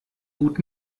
gut